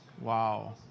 Wow